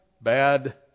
bad